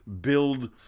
build